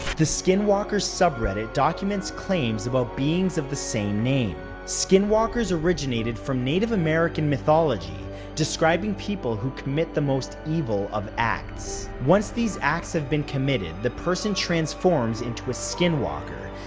skinwalkers subreddit documents claims about beings of the same name. skinwalkers originated from native american mythology describing people who commit the most evil of acts. once these acts have been committed, the person transforms into a skinwalker,